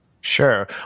Sure